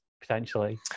potentially